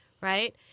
right